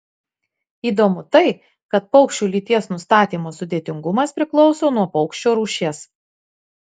įdomu tai kad paukščių lyties nustatymo sudėtingumas priklauso nuo paukščio rūšies